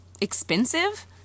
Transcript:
expensive